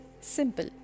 simple